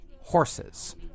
Horses